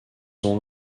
ont